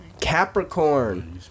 Capricorn